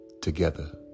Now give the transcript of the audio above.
together